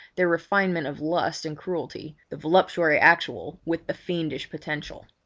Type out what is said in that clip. their refinement of lust and cruelty the voluptuary actual with the fiend potential.